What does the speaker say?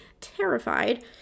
terrified